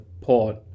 port